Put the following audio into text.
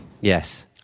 yes